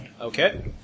Okay